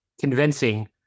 convincing